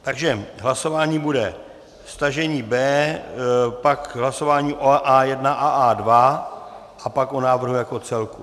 Takže hlasování bude stažení B, pak hlasování o A1 a A2, pak o návrhu jako celku?